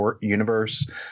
universe